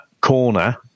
corner